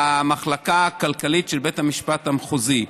במחלקה הכלכלית של בית המשפט המחוזי,